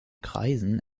kreisen